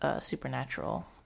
Supernatural